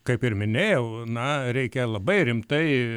kaip ir minėjau na reikia labai rimtai